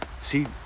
See